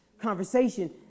conversation